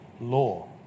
law